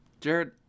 Jared